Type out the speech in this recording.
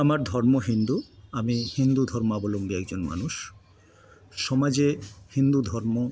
আমার ধর্ম হিন্দু আমি হিন্দু ধর্মাবলম্বী একজন মানুষ সমাজে হিন্দু ধর্ম